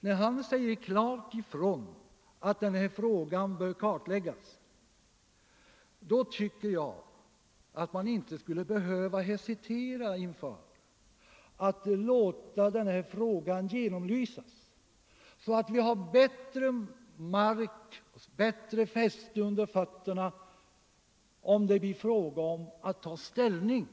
När KO klart säger ifrån att den här frågan bör kartläggas tycker jag inte att man behöver hesitera inför tanken att låta denna fråga genomlysas så att vi får fastare mark under fötterna om det blir fråga om att ta ställning.